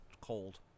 cold